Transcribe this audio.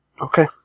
Okay